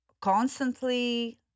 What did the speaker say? constantly